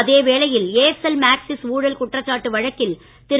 அதே வேளையில் Aircel Maxis ஊழல் குற்றச்சாட்டு வழக்கில் திரு